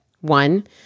One